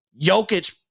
Jokic